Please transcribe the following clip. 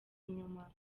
inyuma